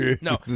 No